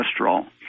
cholesterol